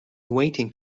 waiting